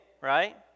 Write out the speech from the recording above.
Right